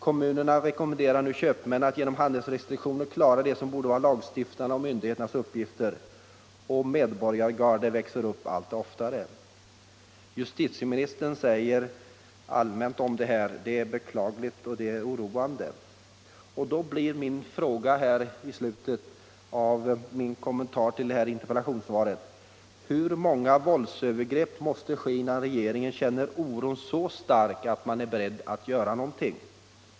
Kommunerna rekommenderar nu köpmännen att genom handelsrestriktioner klara det som borde vara lagstiftares och myndigheters uppgifter. Medborgargarden växer upp allt oftare. Justitieministern säger allmänt om detta att det är ”beklagligt och oroande”. Då blir min fråga i slutet av min kommentar till interpellationssvaret: Hur många våldsövergrepp måste ske innan regeringen känner oron så starkt att man är beredd att göra någonting?